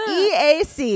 eac